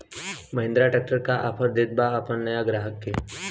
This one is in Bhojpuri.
महिंद्रा ट्रैक्टर का ऑफर देत बा अपना नया ग्राहक के?